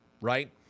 right